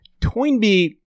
Toynbee